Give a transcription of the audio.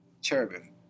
cherubim